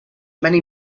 many